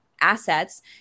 assets